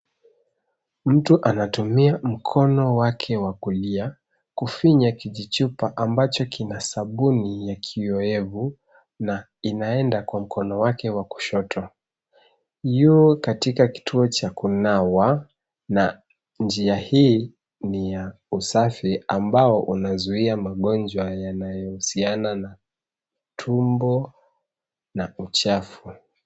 Mtu anatumia mkono wake wa kulia kufinya kijichupa ambacho kina sabuni ya kiowevu na inaenda kwa mkono wake wa kushoto. Yu katika kituo cha kunawa na njia hii ni ya usafi ambao unazuia magonjwa yanayohusiana na tumbo na uchafu.